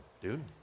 dude